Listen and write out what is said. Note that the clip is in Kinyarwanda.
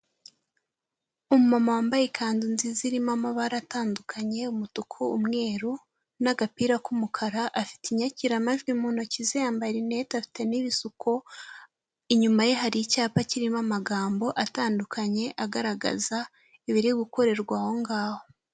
Umu mama wambaye ikanzu nziza irimo amabara atandukanye umutuku, umweru n'agapira k'umukara, afite inyakiramajwi mu ntoki ze, yambaye rinete afite n’ibisuko, inyuma ye hari icyapa kirimo amagambo atandukanye, agaragaza ibiri gukorerwa aho ngaho.